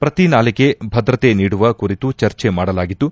ಪ್ರತಿನಾಲೆಗೆ ಭದ್ರತೆ ನೀಡುವ ಕುರಿತು ಚರ್ಚೆ ಮಾಡಲಾಗಿದ್ದು